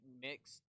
mixed